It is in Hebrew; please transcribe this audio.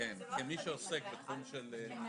שהמשרד יספק שירותים,